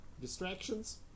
distractions